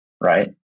right